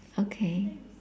okay